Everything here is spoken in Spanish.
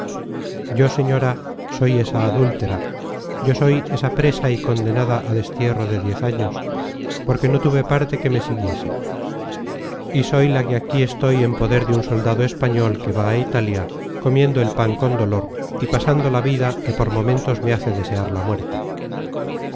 yo señora soy esa adúltera yo soy esa presa y condenada á destierro de diez años porque no tuve parte que me siguiese y soy la que aquí estoy en poder de un soldado español que va á italia comiendo el pan con dolor y pasando la vida que por momentos me hace desear la muerte